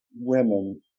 women